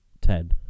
ten